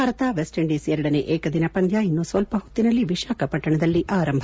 Bharat West Indies ಎರಡನೇ ಏಕದಿನ ಪಂದ್ಯ ಇನ್ನು ಸ್ವಲ್ಪ ಹೊತ್ತಿನಲ್ಲಿ ವಿಶಾಖಪಟ್ಟಣದಲ್ಲಿ ಆರಂಭ